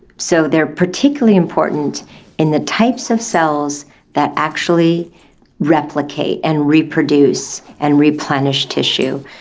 so they are particularly important in the types of cells that actually replicate and reproduce and replenish tissue.